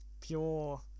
pure